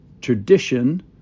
tradition